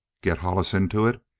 get hollis into it,